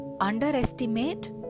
underestimate